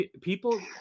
people